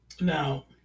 Now